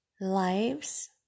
lives